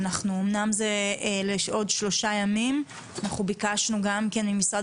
אמנם זה לעוד שלושה ימים ואנחנו גם ביקשנו ממשרד